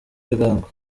ibigango